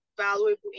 valuable